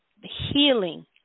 healing